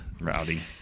Rowdy